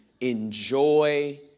Enjoy